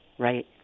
Right